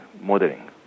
modeling